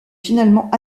finalement